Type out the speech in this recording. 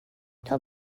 tell